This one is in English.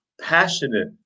passionate